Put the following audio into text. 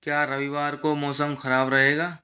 क्या रविवार को मौसम खराब रहेगा